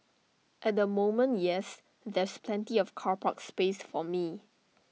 at the moment yes there's plenty of car park space for me